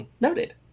noted